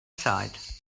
side